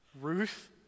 Ruth